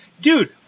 dude